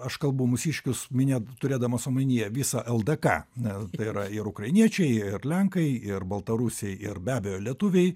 aš kalbu mūsiškius mini turėdamas omenyje visą ldk na tai yra ir ukrainiečiai lenkai ir baltarusiai ir be abejo lietuviai